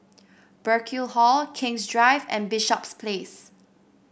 Burkill Hall King's Drive and Bishops Place